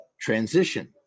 transition